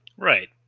Right